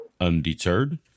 Undeterred